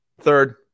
Third